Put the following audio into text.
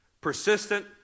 persistent